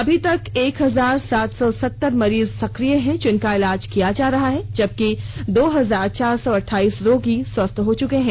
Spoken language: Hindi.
अभी एक हजार सात सौ सतर मरीज सक्रिय हैं जिनका इलाज किया जा रहा है जबकि दो हजार चार सौ अठाइस रोगी स्वस्थ हो चुके हैं